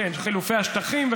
חילופי שטחים,